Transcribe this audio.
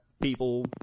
people